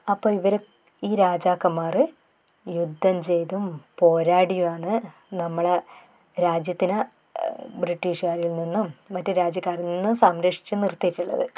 അപ്പം ഇവർ ഈ രാജാക്കന്മാർ യുദ്ധം ചെയ്തും പോരാടിയുമാണ് നമ്മുടെ രാജ്യത്തിന് ബ്രിട്ടീഷ്ക്കാരിൽ നിന്നും മറ്റു രാജ്യക്കാരിൽ നിന്നും സംരക്ഷിച്ച് നിർത്തിയിട്ടുള്ളത്